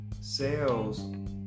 sales